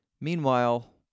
Meanwhile